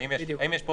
האם יש פה